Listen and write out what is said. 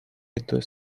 виду